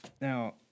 Now